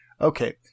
okay